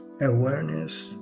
Awareness